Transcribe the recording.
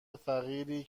فقیری